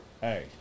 Hey